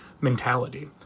mentality